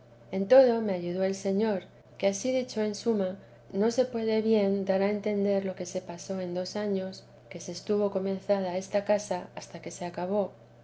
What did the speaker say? en todo me ayudó el señor que ansí dicho en suma no se puede bien dar a entender lo que se pasó en dos años que se estuvo comenzada esta casa hasta que se acabó